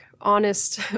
honest